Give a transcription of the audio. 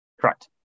Correct